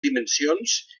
dimensions